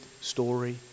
story